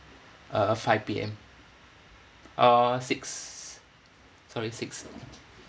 uh five P_M uh six sorry six